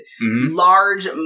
large